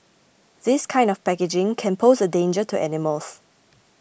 this kind of packaging can pose a danger to animals